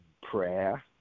prayer